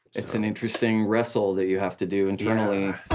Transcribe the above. it's an interesting wrestle that you have to do internally.